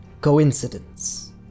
coincidence